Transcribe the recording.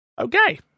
okay